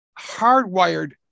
hardwired